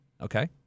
Okay